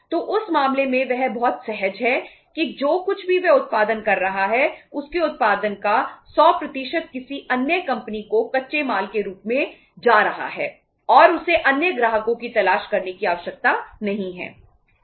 तो उस मामले में वह बहुत सहज है कि जो कुछ भी वह उत्पादन कर रहा है उसके उत्पादन का 100 किसी अन्य कंपनी को कच्चे माल के रूप में जा रहा है और उसे अन्य ग्राहकों की तलाश करने की आवश्यकता नहीं है